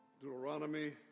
Deuteronomy